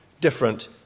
different